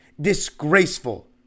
Disgraceful